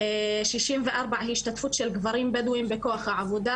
שישים וארבע השתתפות של גברים בדואים בכוח העבודה,